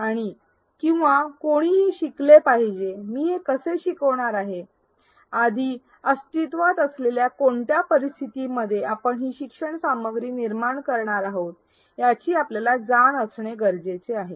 आणि किंवा कोणी हे शिकले पाहिजे मी हे कसे शिकवणार आहे आधी अस्तित्वात असलेल्या कोणत्या परिस्थितीमध्ये आपण ही शिक्षण सामग्री निर्माण करणार आहोत याची आपल्याला जाण असणे गरजेचे आहे